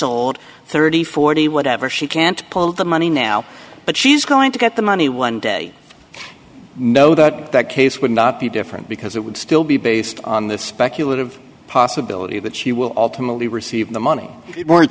old thirty forty whatever she can't pull the money now but she's going to get the money one day i know that that case would not be different because it would still be based on the speculative possibility that she will ultimately receive the money if it weren't